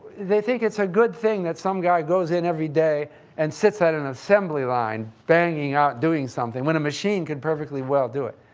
they think it's a good thing that some guy goes in every day and sits at an assembly line banging out, doing something, when a machine could perfectly well do it.